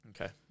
Okay